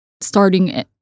starting